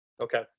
okay